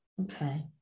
Okay